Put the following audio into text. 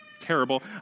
terrible